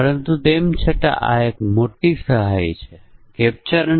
અને તે SBI card આધારિત ચુકવણી છે કે નહીં તે પણ